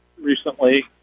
recently